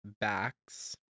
Backs